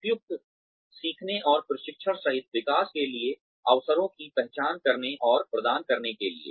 उपयुक्त सीखने और प्रशिक्षण सहित विकास के लिए अवसरों की पहचान करने और प्रदान करने के लिए